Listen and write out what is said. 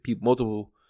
Multiple